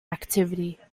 activity